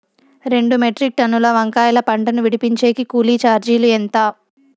రెండు మెట్రిక్ టన్నుల వంకాయల పంట ను విడిపించేకి కూలీ చార్జీలు ఎంత?